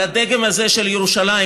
על הדגם הזה של ירושלים.